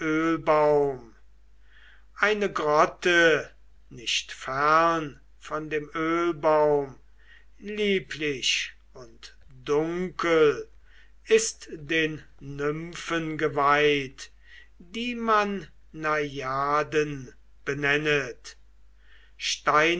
ölbaum eine grotte nicht fern von dem ölbaum lieblich und dunkel ist den nymphen geweiht die man najaden benennet